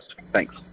Thanks